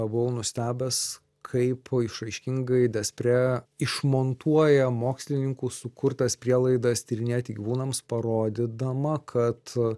buvau nustebęs kaip išraiškingai despre išmontuoja mokslininkų sukurtas prielaidas tyrinėti gyvūnams parodydama kad